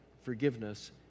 forgiveness